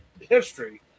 history